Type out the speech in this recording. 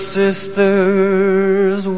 sisters